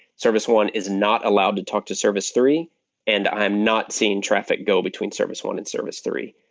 service one is not allowed to talk to service three and i'm not seeing traffic go between service one and service three.